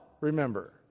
Remember